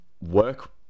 work